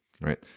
right